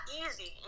easy